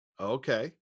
Okay